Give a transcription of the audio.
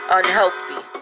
unhealthy